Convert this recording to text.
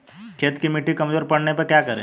खेत की मिटी कमजोर पड़ने पर क्या करें?